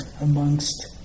amongst